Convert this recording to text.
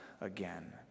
again